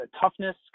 toughness